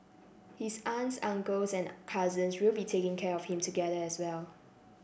his aunts uncles and cousins will be taking care of him together as well